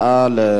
בבקשה, אדוני.